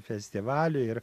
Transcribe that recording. festivaliui ir